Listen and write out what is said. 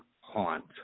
haunt